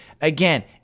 Again